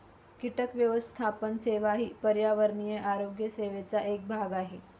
कीटक व्यवस्थापन सेवा ही पर्यावरणीय आरोग्य सेवेचा एक भाग आहे